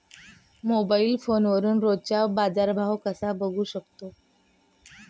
Mobile फोनवरून रोजचा बाजारभाव कसा बघू शकतो?